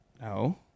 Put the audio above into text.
no